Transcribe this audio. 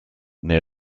near